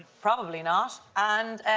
probably not, and.